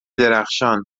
درخشان